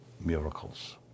miracles